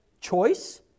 choice